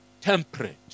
temperate